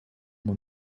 mon